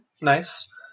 Nice